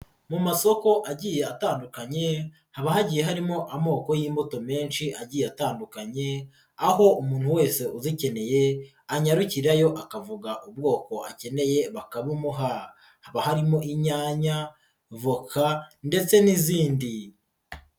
Mu masoko agiye atandukanye haba hagiye harimo amoko y'imbuto menshi agiye atandukanye aho umuntu wese ubikeneye anyarukira yo akavuga ubwoko akeneye bakabumuha, haba harimo inyanya, voka ndetse n'izindi.